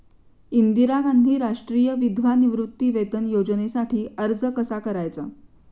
इंदिरा गांधी राष्ट्रीय विधवा निवृत्तीवेतन योजनेसाठी अर्ज कसा करायचा?